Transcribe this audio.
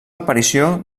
aparició